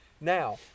Now